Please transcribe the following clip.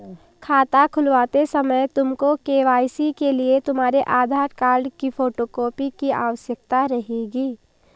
खाता खुलवाते समय तुमको के.वाई.सी के लिए तुम्हारे आधार कार्ड की फोटो कॉपी की आवश्यकता रहेगी